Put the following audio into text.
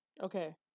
Okay